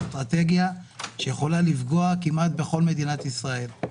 זו אסטרטגיה שיכולה לפגוע כמעט בכל מדינת ישראל.